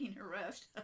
arrest